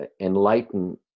Enlighten